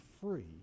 free